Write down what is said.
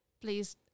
please